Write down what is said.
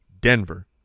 Denver